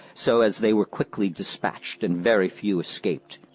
so as they were quickly dispatched, and very few escaped.